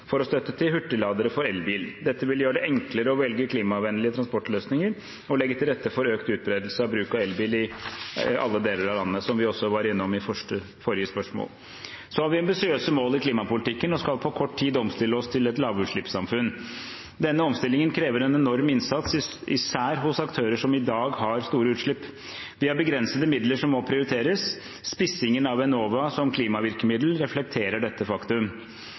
for å gi støtte til hurtigladere for elbil. Dette vil gjøre det enklere å velge klimavennlige transportløsninger og legge til rette for økt utbredelse av bruk av elbil i alle deler av landet, som vi også var innom i forrige spørsmål. Vi har ambisiøse mål i klimapolitikken og skal på kort tid omstille oss til et lavutslippssamfunn. Denne omstillingen krever en enorm innsats, især hos aktører som i dag har store utslipp. Vi har begrensede midler som må prioriteres. Spissingen av Enova som klimavirkemiddel reflekterer dette faktum.